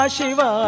Shiva